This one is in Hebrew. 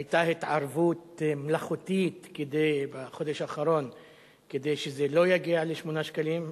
היתה התערבות מלאכותית בחודש האחרון כדי שזה לא יגיע ל-8 שקלים,